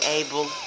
able